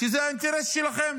שזה האינטרס שלכם